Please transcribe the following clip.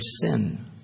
sin